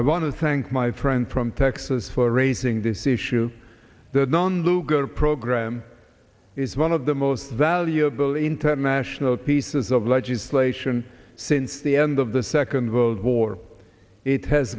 i want to thank my friend from texas for raising this issue on luger program is one of the most valuable international pieces of legislation since the end of the second world war it has